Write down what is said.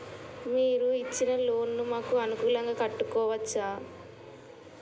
మీరు ఇచ్చిన లోన్ ను మాకు అనుకూలంగా కట్టుకోవచ్చా?